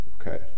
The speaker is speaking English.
Okay